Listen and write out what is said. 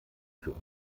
für